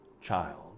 child